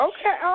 Okay